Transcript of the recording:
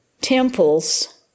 temple's